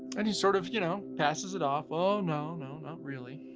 and he sort of, you know, passes it off, oh, no, no not really.